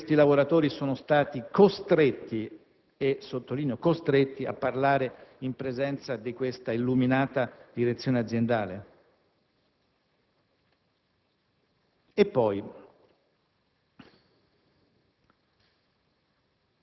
che questi lavoratori sono stati costretti - e sottolineo costretti - a parlare in presenza di questa illuminata direzione aziendale? È vero